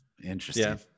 Interesting